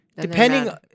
Depending